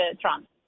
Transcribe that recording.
Trump